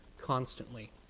constantly